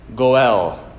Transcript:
Goel